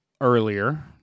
earlier